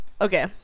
okay